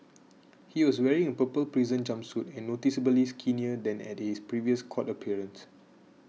he was wearing a purple prison jumpsuit and noticeably skinnier than at his previous court appearance